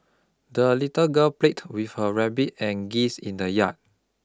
the little girl played with her rabbit and geese in the yard